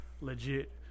legit